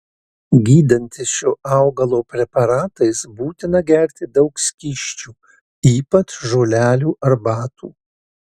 gydantis šio augalo preparatais būtina gerti daug skysčių ypač žolelių arbatų